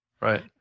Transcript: Right